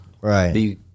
right